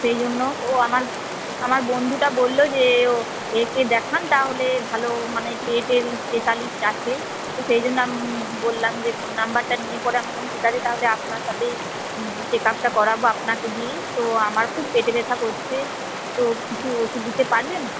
সেই জন্য ও আমার আমার বন্ধুটা বলল যে একে দেখান তাহলে ভালো মানে পেটের স্পেশালিস্ট আছে তো সেজন্য বললাম যে ফোন নাম্বারটা নিয়ে পরে আমি বললাম যে ঠিক আছে হলে আপনার সাথেই চেক আপটা করাব আপনাকে দিয়েই তো আমার খুব পেটে ব্যাথা করছে তো কিছু ওষুধ দিতে পারবেন